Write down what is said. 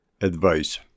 Advice